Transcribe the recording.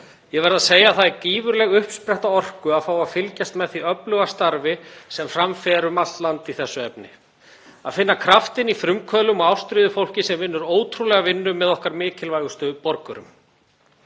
Ég verð að segja að það er gífurleg uppspretta orku að fá að fylgjast með því öfluga starfi sem fram fer um allt land í þessu efni, að finna kraftinn í frumkvöðlum og ástríðufólki sem vinnur ótrúlega vinnu með okkar mikilvægustu borgurum.